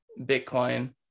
Bitcoin